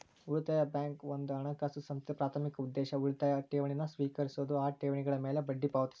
ಉಳಿತಾಯ ಬ್ಯಾಂಕ್ ಒಂದ ಹಣಕಾಸು ಸಂಸ್ಥೆ ಪ್ರಾಥಮಿಕ ಉದ್ದೇಶ ಉಳಿತಾಯ ಠೇವಣಿನ ಸ್ವೇಕರಿಸೋದು ಆ ಠೇವಣಿಗಳ ಮ್ಯಾಲೆ ಬಡ್ಡಿ ಪಾವತಿಸೋದು